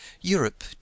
europe